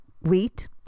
Wheat